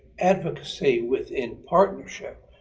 advocacy within partnership,